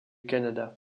canada